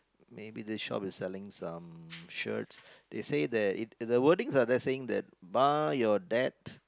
maybe this shop is selling some shirts they say that it the wordings are there saying that buy your dad